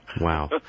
Wow